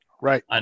Right